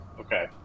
Okay